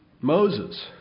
Moses